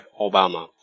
Obama